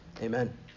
Amen